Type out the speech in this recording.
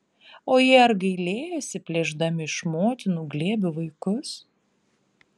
o jie ar gailėjosi plėšdami iš motinų glėbių vaikus